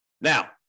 Now